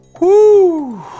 Woo